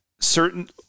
certain